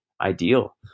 ideal